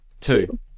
Two